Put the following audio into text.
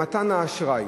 במתן האשראי